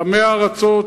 עמי ארצות,